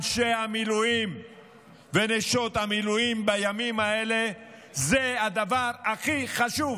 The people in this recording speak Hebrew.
אנשי המילואים ונשות המילואים בימים האלה זה הדבר הכי חשוב,